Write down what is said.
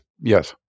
Yes